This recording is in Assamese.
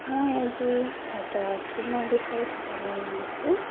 মই আজি এটা ক্ৰিমৰ বিষয়ে ক'বলৈ লৈছোঁ